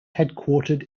headquartered